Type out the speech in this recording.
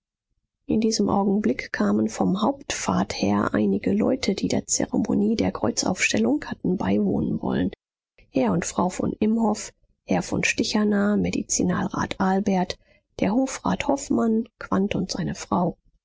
in diesem augenblick kamen vom hauptpfad her einige leute die der zeremonie der kreuzaufstellung hatten beiwohnen wollen herr und frau von imhoff herr von stichaner medizinalrat albert der hofrat hofmann quandt und seine frau